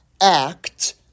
act